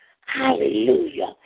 Hallelujah